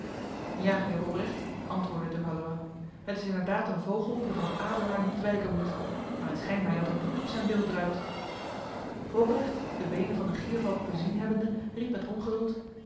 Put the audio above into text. ja heer robrecht antwoordde de valois het is inderdaad een vogel die voor een adelaar niet wijken moet maar het schijnt mij dat er bloed op zijn bil druipt robrecht de benen van de giervalk bezien hebbende riep met ongeduld